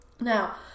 now